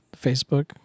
Facebook